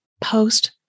post